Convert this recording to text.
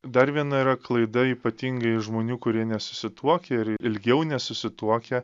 dar viena yra klaida ypatingai žmonių kurie nesusituokę ir ilgiau nesusituokę